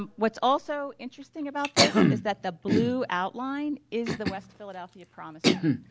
um what's also interesting about this is that the blue outline is the west philadelphia promise zone.